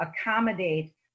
accommodate